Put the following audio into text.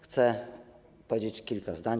Chcę powiedzieć kilka zdań.